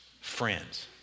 friends